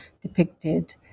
depicted